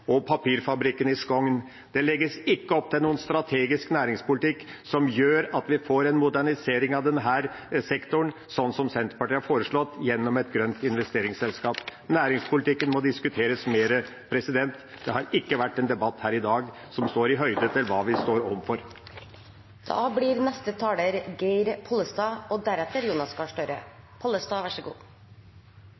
og papirfabrikken i Skogn. Det legges ikke opp til noen strategisk næringspolitikk som gjør at vi får en modernisering av denne sektoren, slik som Senterpartiet har foreslått gjennom et grønt investeringsselskap. Næringspolitikken må diskuteres mer. Det har ikke vært en debatt om det her i dag som samsvarer med det vi står